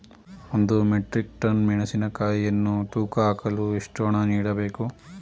ಒಂದು metric ton ಮೆಣಸಿನಕಾಯಿಯನ್ನು ತೂಕ ಹಾಕಲು ಎಷ್ಟು ಹಣ ನೀಡಬೇಕು?